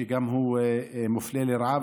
שגם הוא מופלה לרעה.